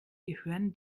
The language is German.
gehören